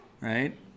Right